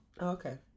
okay